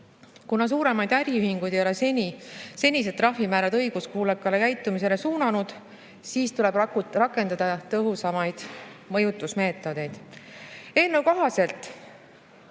Kuna suuremaid äriühinguid ei ole senised trahvimäärad õiguskuulekale käitumisele suunanud, siis tuleb rakendada tõhusamaid mõjutusmeetodeid. Eelnõu kohaselt